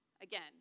Again